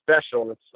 special